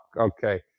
okay